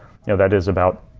you know that is about,